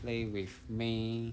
play with me